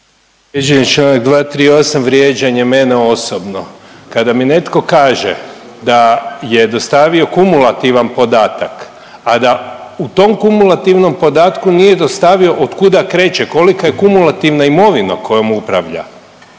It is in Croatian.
Povrijeđen je Članak 238., vrijeđanje mene osobno. Kada mi netko kaže da je dostavio kumulativan podatak, a da u tom kumulativnom podatku nije dostavio od kuda kreće kolika je kumulativna imovina kojom upravlja